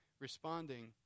responding